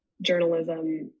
journalism